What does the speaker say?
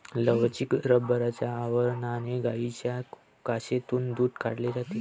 लवचिक रबराच्या आवरणाने गायींच्या कासेतून दूध काढले जाते